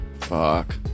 fuck